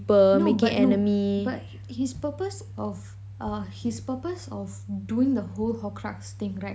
no but no but his purpose of uh his purpose of doing the horcrux thing right